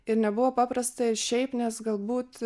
ir nebuvo paprasta ir šiaip nes galbūt